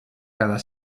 quedar